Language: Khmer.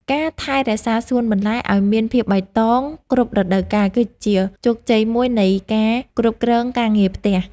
ការថែរក្សាសួនបន្លែឱ្យមានភាពបៃតងគ្រប់រដូវកាលគឺជាជោគជ័យមួយនៃការគ្រប់គ្រងការងារផ្ទះ។